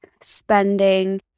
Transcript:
spending